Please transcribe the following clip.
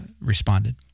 responded